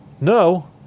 no